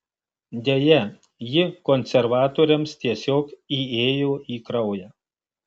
deja ji konservatoriams tiesiog įėjo į kraują